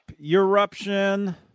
Eruption